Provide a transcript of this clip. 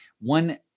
One